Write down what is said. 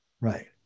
Right